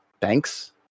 Thanks